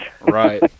Right